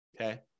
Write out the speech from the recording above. Okay